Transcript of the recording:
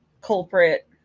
culprit